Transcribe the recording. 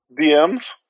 DMs